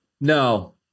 No